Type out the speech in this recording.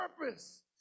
purpose